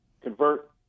convert